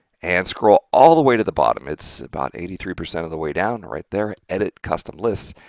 and scroll all the way to the bottom. it's about eighty three percent of the way down, right there, edit custom lists,